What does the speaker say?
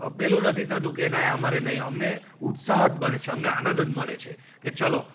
પેલું નથી થતું કે ના અમારે નહીં અમને ઉત્સાહ જ મળે છે અમને આનંદ જ મળે છે કે ચાલો